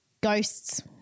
ghosts